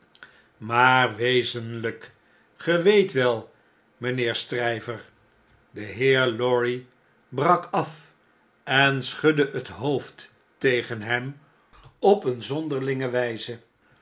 maar wezenhjk ge weet wel mijnheer stryver de heer lorry brak af en schudde het hoofd tegen hem op een zonderlinge wijze